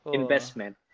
investment